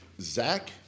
Zach